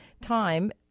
time